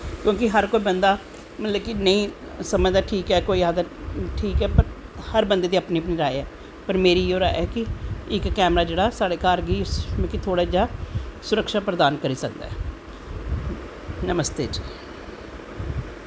क्योंकि हर कोई बंदा नेंई समझदा कोई आखदे ठीक ऐ हर बंदे दी अपनी अपनी राय ऐ पर मेरी इयै राय ऐ कि इक कैमरा साढ़े घर बी मतलव कि थोह्ड़ा जा सुरक्षा प्रधान करी सकदा ऐ नमस्ते जी